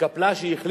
והבנק